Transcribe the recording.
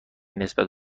نسبت